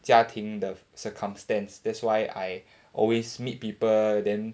家庭 the circumstance that's why I always meet people then